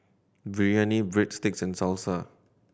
Biryani Breadsticks and Salsa